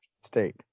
State